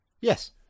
Yes